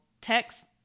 text